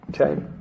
Okay